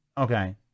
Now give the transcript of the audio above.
Okay